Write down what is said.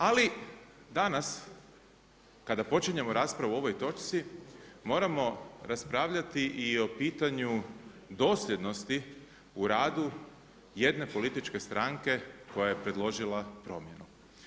Ali danas kada počinjemo raspravu o ovoj točci, moramo raspravljati i o pitanju dosljednosti u radu jedne političke stranke koja je predložila promjenu.